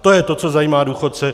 To je to, co zajímá důchodce.